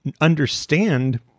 understand